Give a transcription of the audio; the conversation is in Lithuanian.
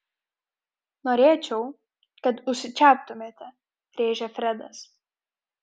norėčiau kad užsičiauptumėte rėžia fredas